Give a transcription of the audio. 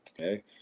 Okay